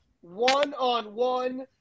one-on-one